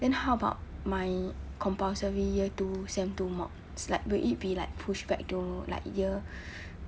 then how about my compulsory year two sem two mods like will it be like pushed back to like year